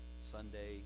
Sunday